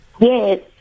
yes